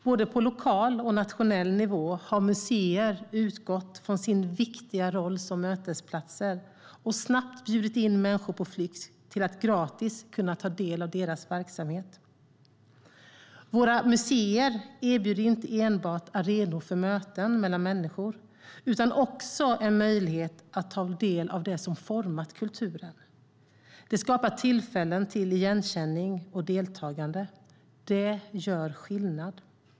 Både på lokal och nationell nivå har museer utgått från sin viktiga roll som mötesplats och snabbt bjudit in människor på flykt till att gratis kunna ta del av deras verksamhet. Våra museer erbjuder inte enbart arenor för möten mellan människor utan också en möjlighet att ta del av det som har format kulturen. Det skapar tillfällen till igenkänning och deltagande. Det gör skillnad.